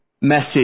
message